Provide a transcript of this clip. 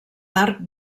marc